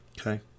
okay